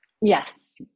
Yes